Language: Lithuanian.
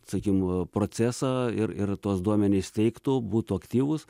sakykim procesą ir ir tuos duomenis teiktų būtų aktyvūs